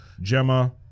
Gemma